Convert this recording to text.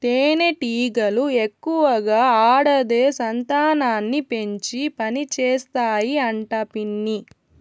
తేనెటీగలు ఎక్కువగా ఆడదే సంతానాన్ని పెంచి పనిచేస్తాయి అంట పిన్ని